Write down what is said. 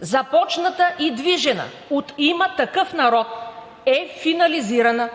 започната и движена от „Има такъв народ“, е финализирана